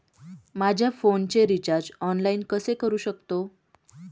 माझ्या फोनचे recharge online कसे करू शकतो?